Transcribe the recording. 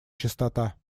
чистота